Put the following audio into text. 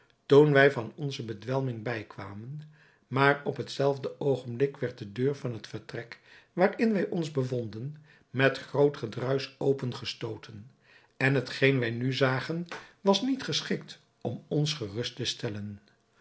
toen wij van onze bedwelming bijkwamen maar op het zelfde oogenblik werd de deur van het vertrek waarin wij ons bevonden met groot gedruisch open gestooten en hetgeen wij nu zagen was niet geschikt om ons gerust te stellen